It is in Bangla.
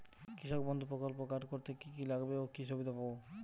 কৃষক বন্ধু প্রকল্প কার্ড করতে কি কি লাগবে ও কি সুবিধা পাব?